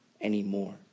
anymore